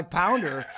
pounder